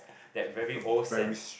that very old scent